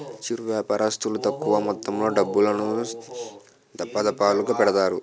చిరు వ్యాపారస్తులు తక్కువ మొత్తంలో డబ్బులను, దఫాదఫాలుగా పెడతారు